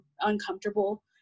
uncomfortable